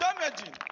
damaging